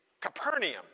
Capernaum